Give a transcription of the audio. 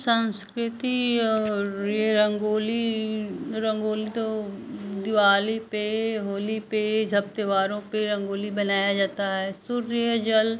सँस्कृति और यह रंगोली रंगोली तो दिवाली पर होली पर सब त्योहारों पर रंगोली बनाई जाती है सूर्य जल